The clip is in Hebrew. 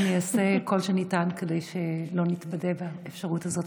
אני אעשה כל שניתן כדי שלא נתבדה מהאפשרות הזאת.